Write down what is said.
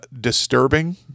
disturbing